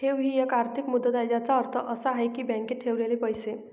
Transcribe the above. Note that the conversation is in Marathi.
ठेव ही एक आर्थिक मुदत आहे ज्याचा अर्थ असा आहे की बँकेत ठेवलेले पैसे